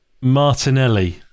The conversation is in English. Martinelli